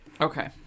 okay